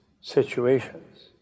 situations